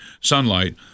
sunlight